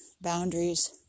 boundaries